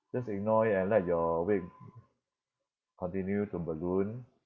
just ignore it let your weight continue to balloon